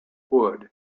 wood